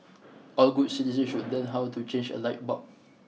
all good citizens should learn how to change a light bulb